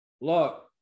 Look